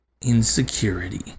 Insecurity